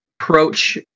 approach